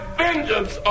vengeance